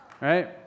Right